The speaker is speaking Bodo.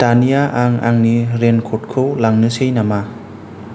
दानिया आं आंनि रैनकटखौ लांनोसै नामा